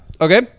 Okay